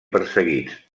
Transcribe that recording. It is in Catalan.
perseguits